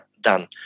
done